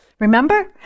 Remember